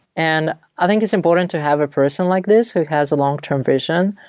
and i think it's important to have a person like this who has a long-term vision,